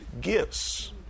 gifts